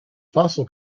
fossil